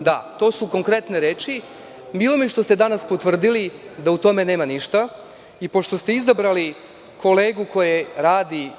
Da, to su konkretne reči. Milo mi je što ste danas potvrdili da u tome nema ništa. Pošto ste izabrali kolegu koji radi